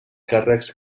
càrrecs